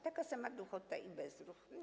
Taka sama duchota i bezruch.